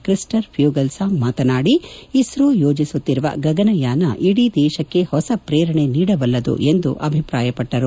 ಕ್ರಿಸ್ಸರ್ ಪ್ಲೂಗಲ್ಸಾಂಗ್ ಮಾತನಾಡಿ ಇಸ್ತೋ ಯೋಜಿಸುತ್ತಿರುವ ಗಗನಯಾನ ಇಡೀ ದೇಶಕ್ತೇ ಹೊಸ ಶ್ರೇರಣೆ ನೀಡಬಲ್ಲದು ಎಂದು ಅಭಿಪ್ರಾಯಪಟ್ಲರು